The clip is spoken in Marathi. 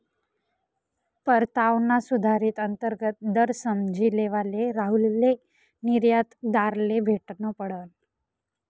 परतावाना सुधारित अंतर्गत दर समझी लेवाले राहुलले निर्यातदारले भेटनं पडनं